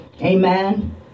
amen